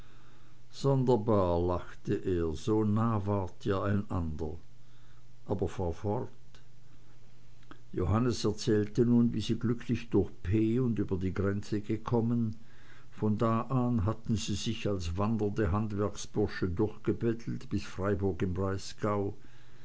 sonderbar lachte er so nah wart ihr einander aber fahr fort johannes erzählte nun wie sie glücklich durch p und über die grenze gekommen von da an hatten sie sich als wandernde handwerksbursche durchgebettelt bis freiburg im